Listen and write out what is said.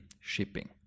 shipping